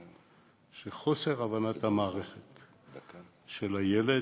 של חוסר הבנת המערכת את הילד,